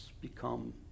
become